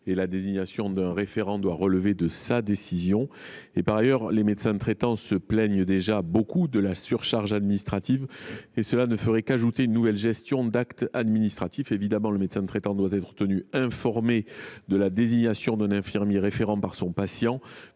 La désignation d’un référent doit relever de sa décision. Par ailleurs, les médecins traitants se plaignent déjà beaucoup de la surcharge administrative : une telle mesure ne ferait qu’ajouter une nouvelle gestion d’actes administratifs. Le médecin traitant doit évidemment être tenu informé de la désignation d’un infirmier référent par son patient,